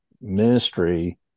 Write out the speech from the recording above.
ministry